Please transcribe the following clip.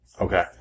Okay